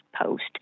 post